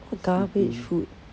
garbage food